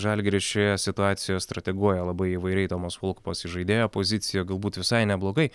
žalgiris šioje situacijo strateguoja labai įvairiai tomas volkupas įžaidėjo pozicija galbūt visai neblogai